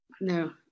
No